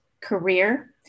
career